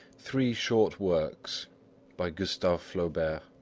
three short works by gustave flaubert